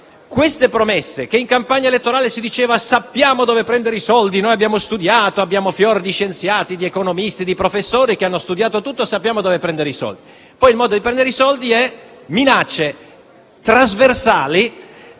espresse in campagna elettorale (si diceva: sappiamo dove prendere i soldi. Noi abbiamo studiato, abbiamo fior di scienziati, di economisti e di professori che hanno studiato tutto. Sappiamo dove prendere i soldi), poi il modo di trovare i soldi è quello delle minacce trasversali,